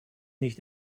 nicht